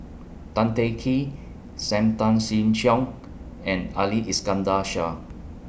Tan Teng Kee SAM Tan Chin Siong and Ali Iskandar Shah